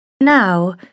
Now